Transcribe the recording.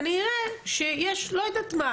כנראה שיש לא יודעת מה,